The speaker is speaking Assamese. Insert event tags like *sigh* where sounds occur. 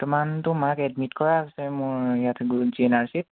*unintelligible* মাক এডমিট কৰা হৈছে মোৰ ইয়াত জি এন আৰ চিত